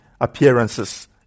appearances